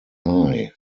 eye